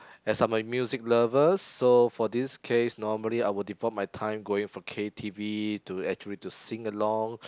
as I'm a music lover so for this case normally I would devote my time going for K_T_V to actually to sing along